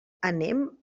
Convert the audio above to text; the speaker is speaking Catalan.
anem